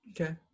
Okay